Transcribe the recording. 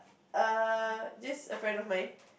err this a friend of mine